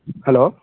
hello